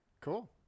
cool